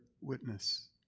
witness